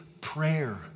prayer